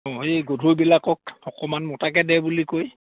অঁ এই গধুৰবিলাকক অকমান মোটাকে দে বুলি কৈ